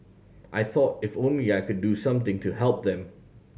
I thought if only I could do something to help them